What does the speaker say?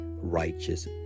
righteous